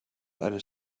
eines